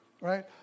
right